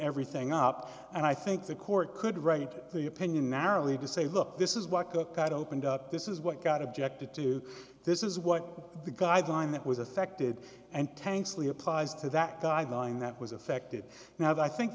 everything up and i think the court could write the opinion narrowly to say look this is what book that opened up this is what got objected to this is what the guideline that was affected and tanks lee applies to that guideline that was affected now i think